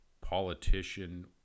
politician